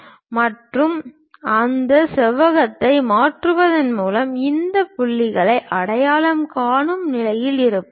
எனவே அந்த செவ்வகத்தை மாற்றுவதன் மூலம் இந்த புள்ளிகளை அடையாளம் காணும் நிலையில் இருப்போம்